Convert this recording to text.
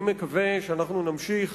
אני מקווה שאנחנו נמשיך,